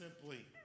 simply